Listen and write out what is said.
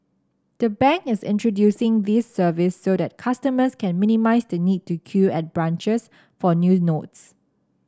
the bank is introducing this service so that customers can minimise the need to queue at branches for new notes